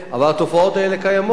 אבל התופעות האלה קיימות.